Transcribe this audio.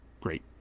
great